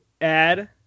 add